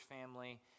family